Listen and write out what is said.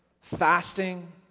fasting